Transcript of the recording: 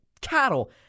cattle